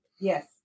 Yes